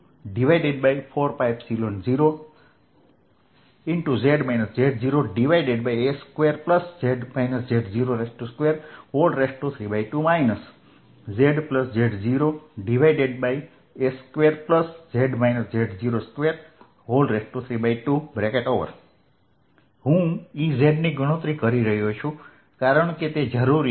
Ezq4π0z z0s2z z0232 zz0s2z z0232 હું Ez ની ગણતરી કરી રહ્યો છું કારણ કે તે જરૂરી છે